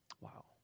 Wow